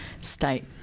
state